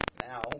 Now